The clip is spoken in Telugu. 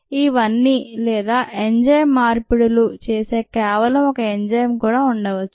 ఇవన్నీ లేదా ఎంజైమ్ మార్పిడులు చేసే కేవలం ఒక ఎంజైమ్ కూడా ఉండవచ్చు